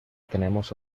tenemos